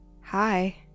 Hi